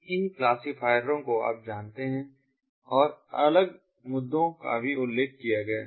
इन क्लासिफायरों को आप जानते हैं और अलग मुद्दों का भी उल्लेख किया गया है